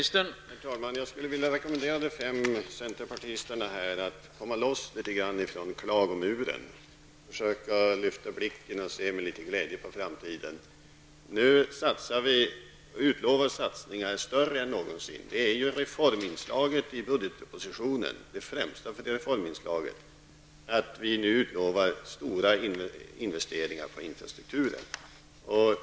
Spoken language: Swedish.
Herr talman! Jag skulle vilja rekommendera de fem centerpartisterna att försöka komma loss från klagomuren och försöka lyfta blicken och se med litet glädje på framtiden. Nu har vi utlovat större satsningar än någonsin. Det rör sig ju här om det främsta reforminslaget i budgetpropositionen, dvs. att vi nu utlovar stora investeringar när det gäller infrastrukturen.